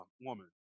woman